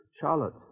Charlotte